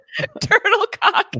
Turtlecock